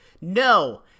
No